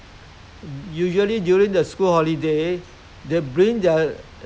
go to mainland the China the rural area then just throw the kid there